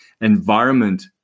environment